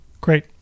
Great